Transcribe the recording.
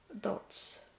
dots